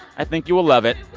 i think you will love it.